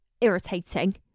irritating